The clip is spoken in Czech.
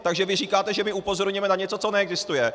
Takže vy říkáte, že my upozorňujeme na něco, co neexistuje.